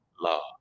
law